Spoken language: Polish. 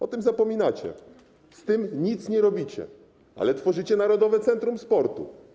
O tym zapominacie, z tym nic nie robicie, ale tworzycie Narodowe Centrum Sportu.